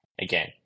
again